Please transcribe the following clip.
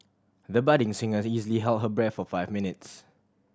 the budding singer has easily held her breath for five minutes